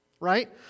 Right